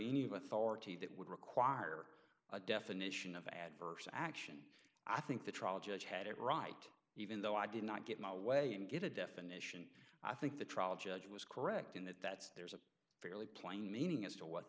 any of authority that would require a definition of adverse action i think the trial judge had it right even though i did not get my way and get a definition i think the trial judge was correct in that that's there's a fairly plain meaning as to what